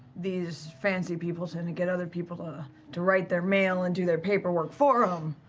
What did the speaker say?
these fancy people tend to get other people to to write their mail and do their paperwork for um